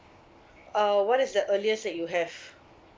uh what is the earliest that you have